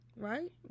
right